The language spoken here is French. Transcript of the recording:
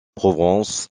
province